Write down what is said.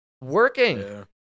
working